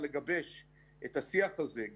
להאריך את רישיונות בעלי העסקים עד סוף 2021,